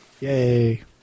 Yay